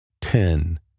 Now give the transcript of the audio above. ten